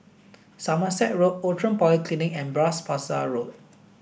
somerset Road Outram Polyclinic and Bras Basah Road